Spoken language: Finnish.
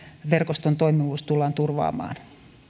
toimivuus tullaan turvaamaan